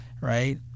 Right